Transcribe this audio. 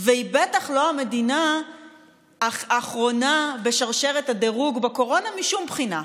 והיא בטח לא המדינה האחרונה בשרשרת הדירוג בקורונה משום בחינה,